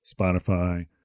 Spotify